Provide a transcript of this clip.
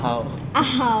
ah how